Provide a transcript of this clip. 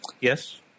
yes